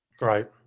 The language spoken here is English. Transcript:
right